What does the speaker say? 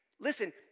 Listen